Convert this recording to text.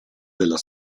della